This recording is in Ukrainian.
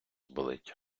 болить